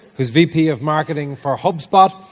who's vp of marketing for hubspot,